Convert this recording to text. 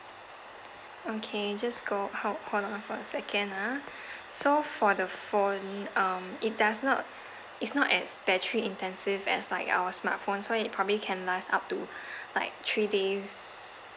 okay just go ho~ hold on for a second ah so for the phone uh it does not it's not as battery intensive as like our smartphone so it probably can last up to like three days